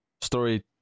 story